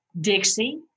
Dixie